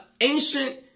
ancient